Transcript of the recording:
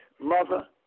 mother